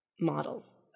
models